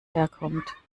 herkommt